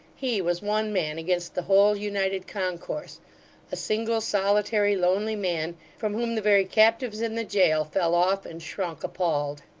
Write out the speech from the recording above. he was one man against the whole united concourse a single, solitary, lonely man, from whom the very captives in the jail fell off and shrunk appalled.